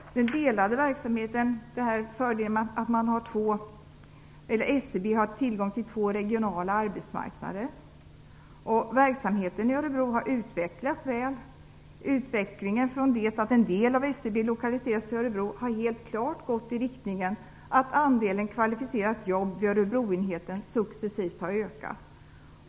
Den delade verksamheten har t.ex. inneburit stora fördelar genom att SCB därigenom har tillgång till två regionala arbetsmarknader. Verksamheten i Örebro har utvecklats väl. Utvecklingen från det att en del av SCB lokaliserades till Örebro har helt klart gått i riktningen att andelen kvalificerade jobb vid Örebroenheten successivt har ökat.